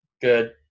Good